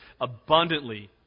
abundantly